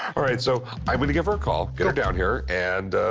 all right, so i'm going to give her a call, get her down here, and